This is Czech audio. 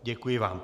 Děkuji vám.